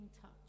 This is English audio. touch